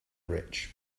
rich